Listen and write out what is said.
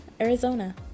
Arizona